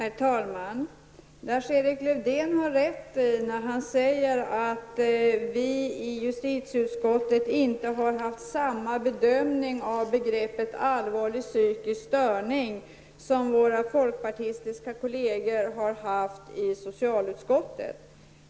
Herr talman! Lars-Erik Lövdén har rätt när han säger att vi folkpartistiska ledamöter i justitieutskottet inte har gjort samma bedömning av begreppet allvarlig psykisk störning som våra kolleger i socialutskottet.